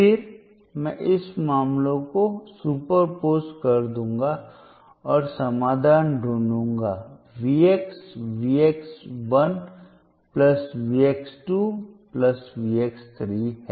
फिर मैं इन मामलों को सुपरपोज कर दूंगा और समाधान ढूंढूंगा Vx Vx 1 plus Vx 2 plus Vx 3 है